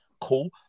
cool